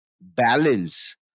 balance